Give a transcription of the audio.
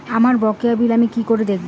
আমার বকেয়া বিল আমি কি করে দেখব?